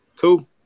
cool